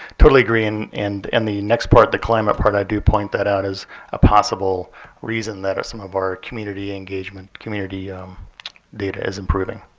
totally agree. and and and the next part, the climate part, i do point that out as a possible reason that some of our community engagement, community data is improving.